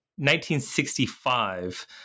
1965